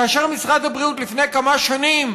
כאשר משרד הבריאות הגיע לפני כמה שנים